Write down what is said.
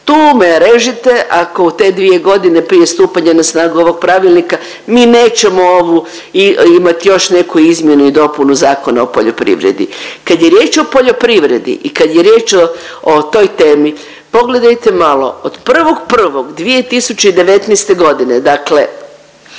tu me režite ako u te dvije godine prije stupanja na snagu ovog pravilnika mi nećemo ovu, imati još neku izmjenu i dopunu Zakona o poljoprivredi. Kad je riječ o poljoprivredi i kad je riječ o toj temi pogledajte malo od 1.1.2019. godine, dakle